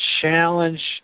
challenge